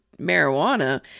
marijuana